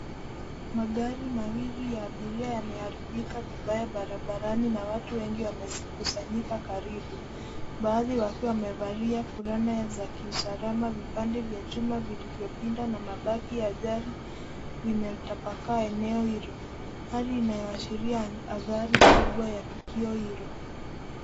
Magari mawili ya abiria yameharibika vibaya barabarani na watu wengi wamekusanyika karibu. Baadhi wkiwa wamevalia fulana za kiusalama, vipande vya chuma vilivyopinda na mabaki ya ajali vimetapakaa eneo hilo, hali inayoashiria adhari kubwa ya tukio hilo.